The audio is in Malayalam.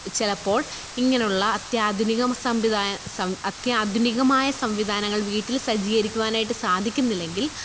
ചിലപ്പോള് ഇങ്ങനെയുള്ള അത്യാധുനിക ആധുനികമായ സംവിധാനങ്ങള് വീട്ടിൽ സജ്ജീകരിക്കുവാനായിട്ട് സാധിക്കുന്നില്ലെങ്കില്